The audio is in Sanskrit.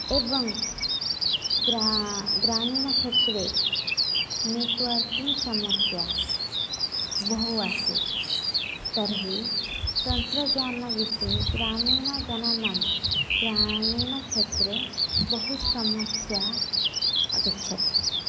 एवं ग्रा ग्रामीणक्षेत्रे नेटवर्किङ्ग् समस्या बहु आसीत् तर्हि तन्त्रज्ञानविषये ग्रामीणजनानां ग्रामीणक्षेत्रे बहुसमस्या आगच्छति